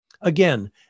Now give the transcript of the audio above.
Again